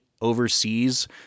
Overseas